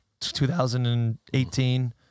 2018